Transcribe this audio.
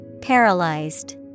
Paralyzed